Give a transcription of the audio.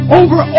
over